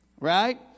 right